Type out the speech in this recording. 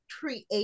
create